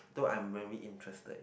so I am very interested